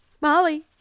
Molly